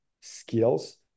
skills